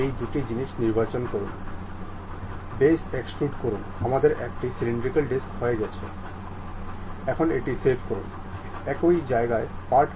এটি একটি তিন অ্যাক্সিস দেয় যা আমাদের এই অংশটিকে তিনটি ডাইরেক্শনেে সরানোর অনুমতি দেয়